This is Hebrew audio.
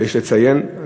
ויש לציין זאת.